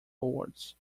forwards